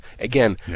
Again